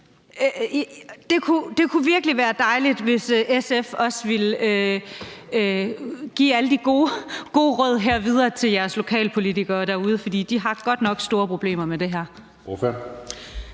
Det kunne virkelig være dejligt, hvis SF også ville give alle de gode råd her videre til SF's lokalpolitikere derude, for de har godt nok store problemer med det her.